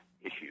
issues